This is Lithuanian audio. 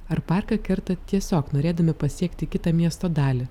ar parką kerta tiesiog norėdami pasiekti kitą miesto dalį